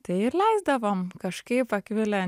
tai ir leisdavom kažkaip akvilė